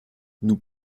nous